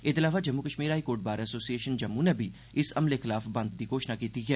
एहदे अलावा Jammu Kashmir high court bar association Jammu नै बी इस हमले खलाफ बंद दी घोषणा कीती ऐ